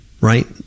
Right